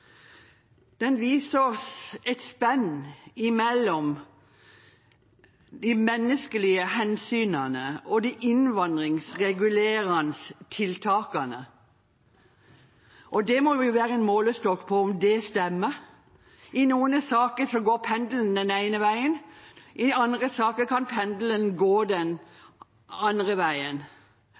Den viser oss et spenn imellom de menneskelige hensynene og de innvandringsregulerende tiltakene. Det må være en målestokk på om det stemmer. I noen saker går pendelen den ene veien, i andre saker kan pendelen gå den andre veien.